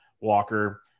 Walker